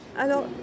Alors